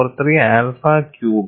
43 alpha ക്യൂബും